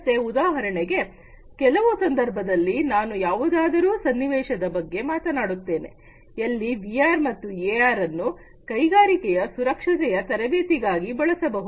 ಮತ್ತೆ ಉದಾಹರಣೆಗೆ ಕೆಲವು ಸಂದರ್ಭದಲ್ಲಿ ನಾನು ಯಾವುದಾದರೂ ಸನ್ನಿವೇಶದ ಬಗ್ಗೆ ಮಾತನಾಡುತ್ತೇನೆ ಎಲ್ಲಿ ವಿಆರ್ ಮತ್ತು ಎಆರ್ ಅನ್ನು ಕೈಗಾರಿಕೆಯ ಸುರಕ್ಷತೆಯ ತರಬೇತಿಗಾಗಿ ಬಳಸಬಹುದು